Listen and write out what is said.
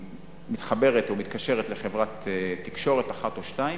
מתחברת או מתקשרת לחברת תקשורת אחת או שתיים,